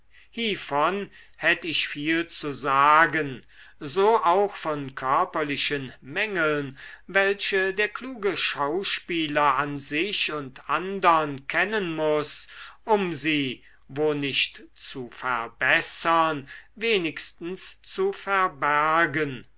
hievon hätt ich viel zu sagen so auch von körperlichen mängeln welche der kluge schauspieler an sich und andern kennen muß um sie wo nicht zu verbessern wenigstens zu verbergen